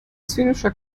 zynischer